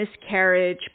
miscarriage